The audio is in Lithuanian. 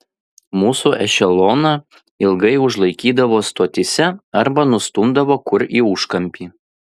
mūsų ešeloną ilgai užlaikydavo stotyse arba nustumdavo kur į užkampį